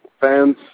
fans